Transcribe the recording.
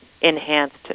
enhanced